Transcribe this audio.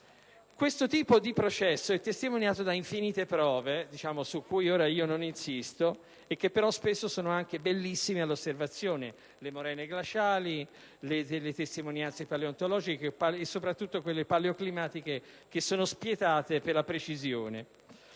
Questo tipo di processo è testimoniato da infinite prove, su cui non insisto, che però possono anche essere bellissime da osservare: penso alle morene glaciali, alle testimonianze paleontologiche e, soprattutto, a quelle paleoclimatiche, che sono spietate quanto a precisione.